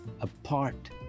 apart